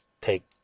take